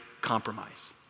compromise